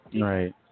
Right